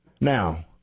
Now